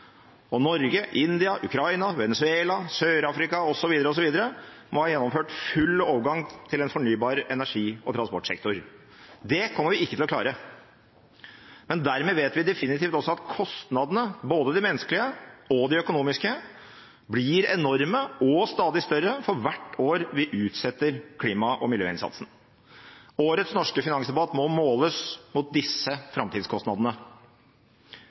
og Norge, India, Ukraina, Venezuela, Sør-Afrika osv. må ha gjennomført full overgang til en fornybar energi- og transportsektor. Det kommer vi ikke til å klare. Dermed vet vi definitivt også at kostnadene, både de menneskelige og de økonomiske, blir enorme og stadig større for hvert år vi utsetter klima- og miljøinnsatsen. Årets norske finansdebatt må måles mot disse framtidskostnadene.